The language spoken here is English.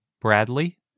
bradley